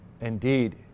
indeed